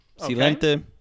Silente